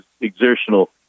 exertional